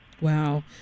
Wow